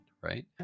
right